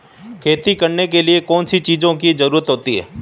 खेती करने के लिए कौनसी चीज़ों की ज़रूरत होती हैं?